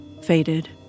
faded